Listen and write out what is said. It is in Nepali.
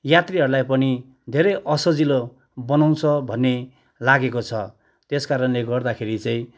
यात्रीहरलाई पनि धेरै असजिलो बनाउँछ भन्ने लागेको छ त्यसकारणले गर्दाखेरि चाहिँ